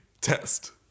test